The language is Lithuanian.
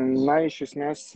na iš esmės